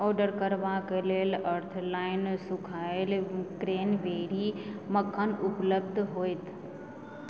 order करबाक लेल अर्थऑन सूखायल क्रैनबेरी कखन उपलब्ध होयत